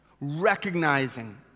recognizing